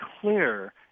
clear